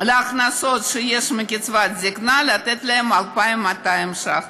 ההכנסות שיש מקצבת זיקנה, לתת להם 2,200 ש"ח.